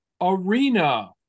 Arena